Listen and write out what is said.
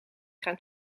gaan